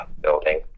building